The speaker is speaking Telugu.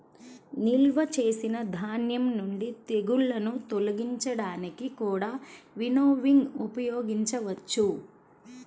నిల్వ చేసిన ధాన్యం నుండి తెగుళ్ళను తొలగించడానికి కూడా వినోవింగ్ ఉపయోగించవచ్చు